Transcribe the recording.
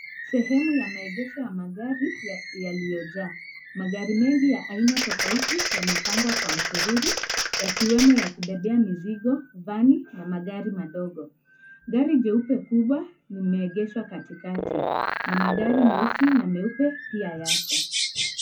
Sehemu ya maeghesho ya magari yaliyojaa, magari mengi ya aina tofauti yamepangwa kwa msururu yakiwemo ya kubebea mizigo, vani na magari madogo, gari jeupe kubwa limeegheshwa katikati na magari meusi na meupe pia yapo.